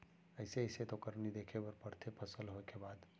अइसे अइसे तो करनी देखे बर परथे फसल होय के बाद